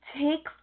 take